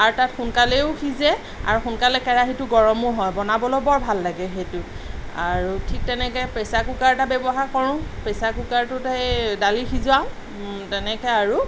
আৰু তাত সোনকালেও সিজে আৰু সোনকালে কেৰাহীটো গৰমো হয় বনাবলৈও বৰ ভাল লাগে সেইটোত আৰু ঠিক তেনেকে প্ৰেচাৰ কুকাৰ এটা ব্যৱহাৰ কৰোঁ প্ৰেচাৰ কুকাৰটোত সেই দালি সিজাওঁ তেনেকেই আৰু